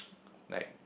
like